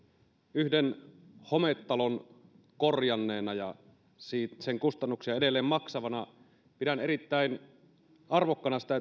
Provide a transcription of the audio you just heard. yhden hometalon korjanneena ja sen kustannuksia edelleen maksavana pidän erittäin arvokkaana sitä